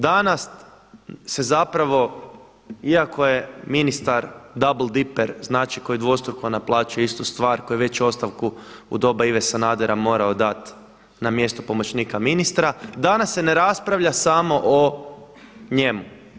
Danas se zapravo iako je ministar duble diper znači koji dvostruko naplaćuje istu stvar koji je već ostavku u doba Ive Sanadera morao dati na mjesto pomoćnika ministra danas se ne raspravlja samo o njemu.